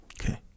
Okay